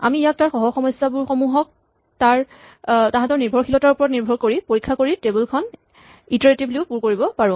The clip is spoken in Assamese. আমি ইয়াক তাৰ সহ সমস্যা সমূহক তাঁহাতৰ নিৰ্ভৰশীলতাৰ ওপৰত ভিত্তি কৰি পৰীক্ষা কৰি টেবল খন ইটাৰেটিভলী ও পুৰ কৰিব পাৰো